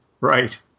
Right